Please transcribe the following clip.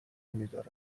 میدارم